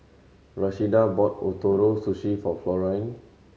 Rashida bought Ootoro Sushi for Florine